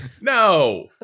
no